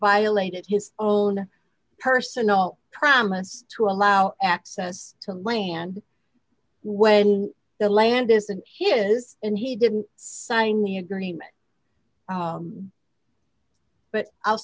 violated his own personal promise to allow access to land when the landis of his and he didn't sign the agreement but i'll